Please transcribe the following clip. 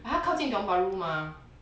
but 他靠近 tiong bahru mah